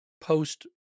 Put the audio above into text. post